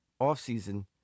offseason